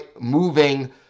moving